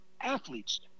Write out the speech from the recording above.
athletes